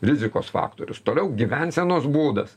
rizikos faktorius toliau gyvensenos būdas